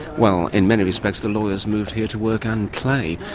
well in many respects the lawyers moved here to work and play.